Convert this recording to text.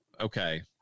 Okay